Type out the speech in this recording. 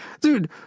Dude